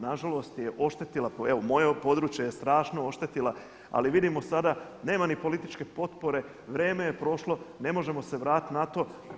Nažalost je oštetila, evo moje područje je strašno oštetila, ali vidimo sada nema ni političke potpore, vrijeme je prošlo, ne možemo se vratiti na to.